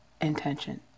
intention